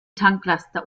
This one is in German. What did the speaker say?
tanklaster